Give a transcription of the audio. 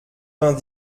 vingt